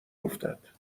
افتد